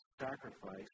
sacrifice